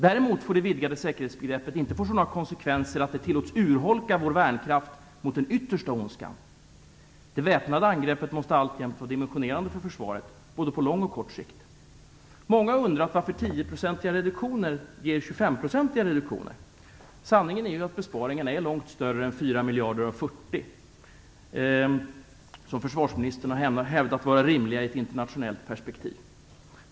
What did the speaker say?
Däremot får det vidgade säkerhetsbegreppet inte få sådana konsekvenser att det tillåts urholka vår värnkraft mot den yttersta ondskan. Det väpnade angreppet måste alltjämt vara dimensionerande för Försvaret - både på lång och kort sikt. Många har undrat varför 10-procentiga reduktioner ger 25-procentiga reduktioner. Sanningen är att besparingarna är långt större än 4 miljarder av 40, som försvarsministern har hävdat är rimligt i ett internationellt perspektiv. Dess värre är det inte hela sanningen.